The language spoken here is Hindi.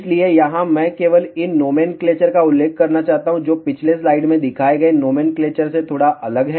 इसलिए यहां मैं केवल इन नोमेनक्लेचर का उल्लेख करना चाहता हूं जो पिछले स्लाइड में दिखाए गए नोमेनक्लेचर से थोड़ा अलग हैं